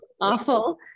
awful